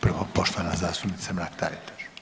Prvo poštovana zastupnica Mrak-Taritaš.